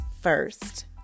first